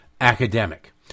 academic